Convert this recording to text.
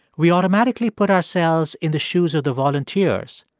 we automatically put ourselves in the shoes of the volunteers,